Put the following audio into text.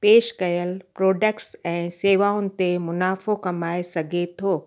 पेश कयल प्रोडक्टस ऐं शेवाउनि ते मुनाफ़ो कमाए सघे थो